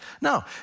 No